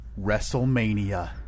WrestleMania